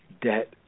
debt